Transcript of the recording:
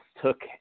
took